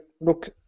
look